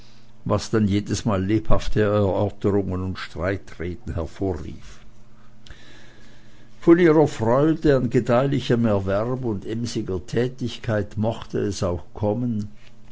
was dann jedesmal lebhafte erörterungen und streitreden hervorrief von ihrer freude an gedeihlichem erwerb und emsiger tätigkeit mochte es auch kommen